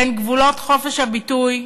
בין גבולות חופש הביטוי.